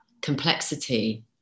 complexity